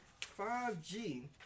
5G